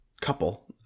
couple